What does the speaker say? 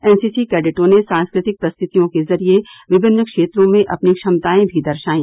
NCC कैडेटों ने सांस्कृतिक प्रस्तुतियां के जरिए विभिन्न क्षेत्र में अपनी क्षमताएं भी दर्शायी